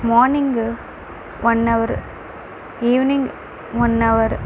morning one hour evening one hour